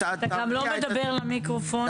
אתה גם לא מדבר למיקרופון,